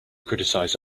criticize